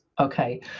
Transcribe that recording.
okay